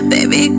Baby